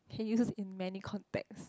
changes in many context